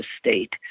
state